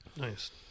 Nice